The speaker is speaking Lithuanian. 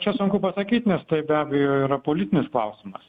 čia sunku pasakyt nes tai be abejo yra politinis klausimas